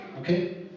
Okay